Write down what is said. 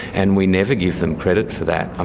and we never give them credit for that. um